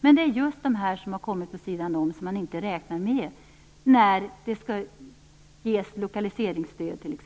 Men det är just dessa som har kommit på sidan om och som man inte räknar med när det skall ges lokaliseringsstöd t.ex.